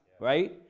right